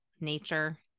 nature